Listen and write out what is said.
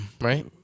right